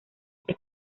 este